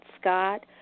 Scott